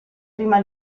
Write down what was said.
prima